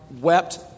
wept